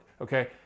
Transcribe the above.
Okay